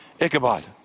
Ichabod